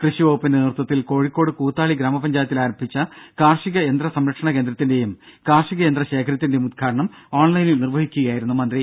കൃഷി വകുപ്പിന്റെ നേതൃത്വത്തിൽ കോഴിക്കോട് കൂത്താളി ഗ്രാമപഞ്ചായത്തിൽ ആരംഭിച്ച കാർഷികയന്ത്ര സംരക്ഷണ കേന്ദ്രത്തിന്റെയും കാർഷിക യന്ത്ര ശേഖരത്തിന്റെയും ഉദ്ഘാടനം ഓൺലൈനിൽ നിർവഹിക്കുകയായിരുന്നു മന്ത്രി